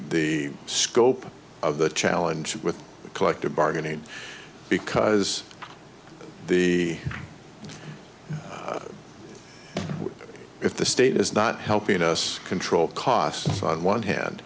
scope of the challenge with collective bargaining because the if the state is not helping us control costs on one hand